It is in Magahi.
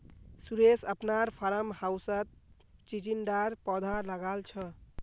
सुरेश अपनार फार्म हाउसत चिचिण्डार पौधा लगाल छ